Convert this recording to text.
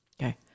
Okay